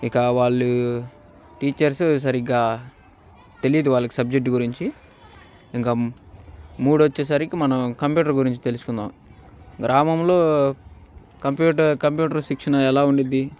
ఇక వాళ్ళు టీచర్స్ సరిగ్గా తెలియదు వాళ్ళకి సబ్జెక్ట్ గురించి ఇంకా మూడు వచ్చేసరికి మనం కంప్యూటర్ గురించి తెలుసుకుందాం గ్రామంలో కంప్యూటర్ కంప్యూటర్ శిక్షణ ఎలా ఉండుద్ది